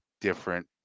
different